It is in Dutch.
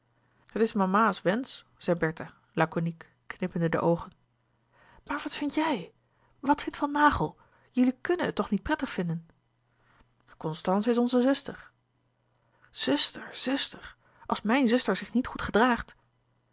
het is mama's wensch zei bertha laconiek knippende de oogen maar wat vindt jij wat vindt van naghel jullie kùnnen het toch niet prettig vinden constance is onze zuster louis couperus de boeken der kleine zielen zuster zuster als mijn zuster zich niet goed gedraagt